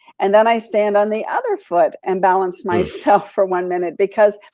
and then i stand on the other foot and balance myself for one minute because